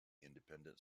independent